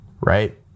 right